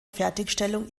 fertigstellung